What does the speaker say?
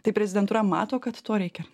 tai prezidentūra mato kad to reikia